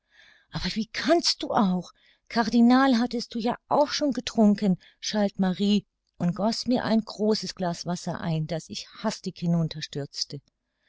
aber wie kannst du auch cardinal hattest du ja auch schon getrunken schalt marie und goß mir ein großes glas wasser ein das ich hastig